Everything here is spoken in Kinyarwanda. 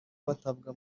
batabwa